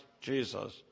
Jesus